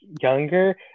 younger